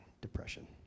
depression